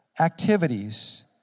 activities